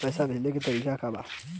पैसा भेजे के तरीका का बा?